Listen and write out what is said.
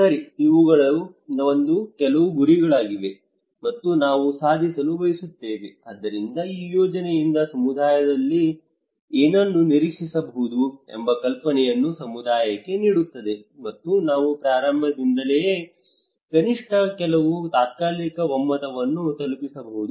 ಸರಿ ಇವುಗಳು ನಮ್ಮ ಕೆಲವು ಗುರಿಗಳಾಗಿವೆ ಮತ್ತು ನಾವು ಸಾಧಿಸಲು ಬಯಸುತ್ತೇವೆ ಆದ್ದರಿಂದ ಈ ಯೋಜನೆಯಿಂದ ಸಮುದಾಯ ಏನನ್ನು ನಿರೀಕ್ಷಿಸಬಹುದು ಎಂಬ ಕಲ್ಪನೆಯನ್ನು ಸಮುದಾಯಕ್ಕೆ ನೀಡುತ್ತದೆ ಮತ್ತು ನಾವು ಪ್ರಾರಂಭದಲ್ಲಿಯೇ ಕನಿಷ್ಠ ಕೆಲವು ತಾತ್ಕಾಲಿಕ ಒಮ್ಮತವನ್ನು ತಲುಪಬಹುದು